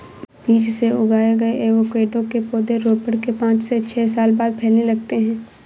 बीज से उगाए गए एवोकैडो के पौधे रोपण के पांच से छह साल बाद फलने लगते हैं